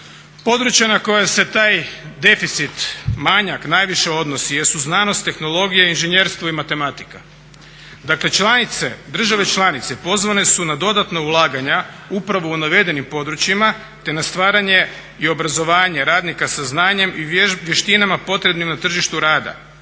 Područja na koja se taj deficit, manjak najviše odnosi jesu znanost, tehnologija, inženjerstvo i matematika. Dakle članice, države članice pozvane su na dodatna ulaganja upravo u navedenim područjima te na stvaranje i obrazovanje radnika sa znanjem i vještinama potrebnima na tržištu rada.